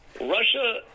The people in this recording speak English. Russia